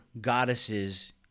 goddesses